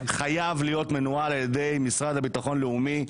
חייב להיות מנוהל על ידי משרד לביטחון לאומי,